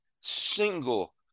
single